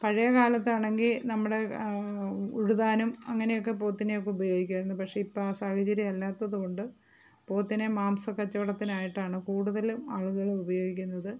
പഴയ കാലത്താണെങ്കിൽ നമ്മുടെ ഉഴുതാനും അങ്ങനെയൊക്കെ പോത്തിനെയൊക്കെ ഉപയോഗിക്കുകയായിരുന്നു പക്ഷെ ഇപ്പോൾ ആ സാഹചര്യം അല്ലാത്തത് കൊണ്ട് പോത്തിനെ മാംസ കച്ചവടത്തിനായിട്ടാണ് കൂടുതലും ആളുകൾ ഉപയോഗിക്കുന്നത്